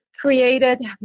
created